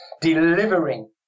delivering